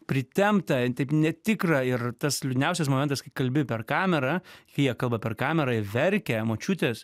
pritempta taip netikra ir tas liūdniausias momentas kai kalbi per kamerą jie kalba per kamerą ir verkia močiutės